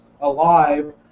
alive